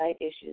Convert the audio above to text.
issues